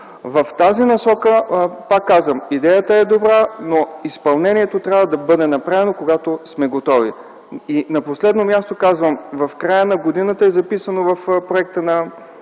В тази насока, пак казвам, идеята е добра, но изпълнението трябва да бъде направено, когато сме готови. И на последно място казвам, в края на годината е записано в проекта на